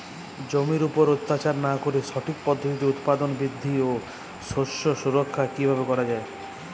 জমির উপর অত্যাচার না করে সঠিক পদ্ধতিতে উৎপাদন বৃদ্ধি ও শস্য সুরক্ষা কীভাবে করা যাবে?